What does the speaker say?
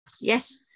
yes